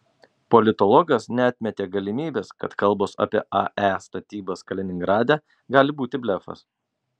politologas neatmetė galimybės kad kalbos apie ae statybas kaliningrade gali būti blefas